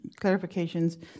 clarifications